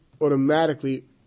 automatically